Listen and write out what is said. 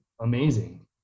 amazing